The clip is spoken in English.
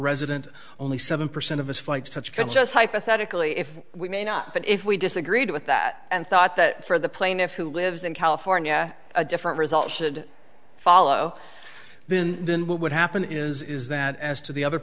resident only so one percent of us flights touch could just hypothetically if we may not but if we disagreed with that and thought that for the plaintiff who lives in california a different result should follow then then what would happen is that as to the other